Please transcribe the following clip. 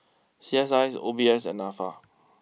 C S eyes O B S and NAFA